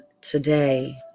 today